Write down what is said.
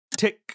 tick